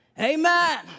Amen